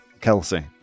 Kelsey